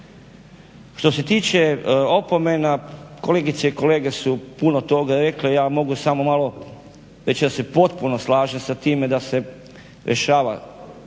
Što se tiče opomena, kolegice i kolege su puno toga rekle, ja mogu samo malo reći da se potpuno slažem s time da se rješava